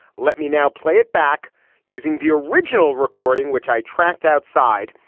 let me now play it back using the original recording, which i tracked outside.